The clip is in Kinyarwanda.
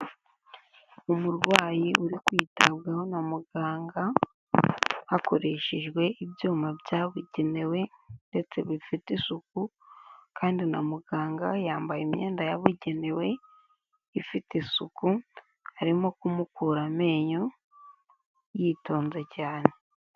Umurwayi uri kwitabwaho na muganga, hakoreshejwe ibyuma byabugenewe ndetse bifite isuku kandi na muganga yambaye imyenda yabugenewe ifite isuku, arimo kumukura amenyo yitonze cyane.